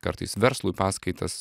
kartais verslui paskaitas